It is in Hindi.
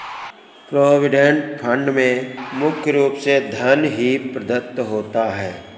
प्रोविडेंट फंड में मुख्य रूप से धन ही प्रदत्त होता है